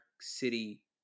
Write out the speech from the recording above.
City